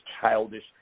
childish